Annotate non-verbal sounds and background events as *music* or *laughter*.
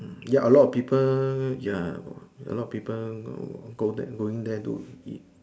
mm ya a lot of people ya a lot of people *noise* go there going there to eat